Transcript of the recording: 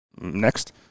next